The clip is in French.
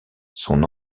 son